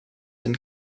een